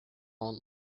only